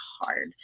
hard